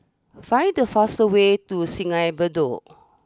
find the fastest way to Sungei Bedok